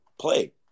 play